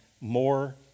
more